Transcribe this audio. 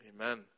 Amen